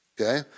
Okay